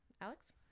Alex